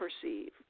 perceive